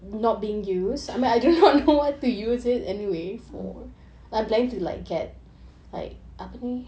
mmhmm